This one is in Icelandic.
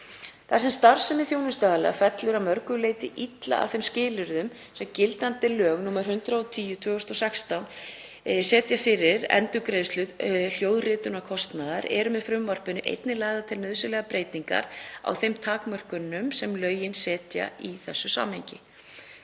Þar sem starfsemi þjónustuaðila fellur að mörgu leyti illa að þeim skilyrðum sem gildandi lög nr. 110/2016 setja fyrir endurgreiðslu hljóðritunarkostnaðar eru með frumvarpinu einnig lagðar til nauðsynlegar breytingar á þeim takmörkunum sem lögin setja í þessu samhengi.